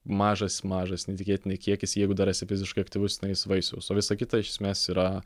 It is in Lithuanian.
mažas mažas neįtikėtinai kiekis jeigu dar esi fiziškai aktyvus tenais vaisiaus o visa kita iš esmės tai yra